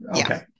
Okay